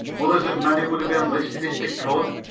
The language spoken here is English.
mothers of men who would have enlisted if they could,